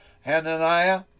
Hananiah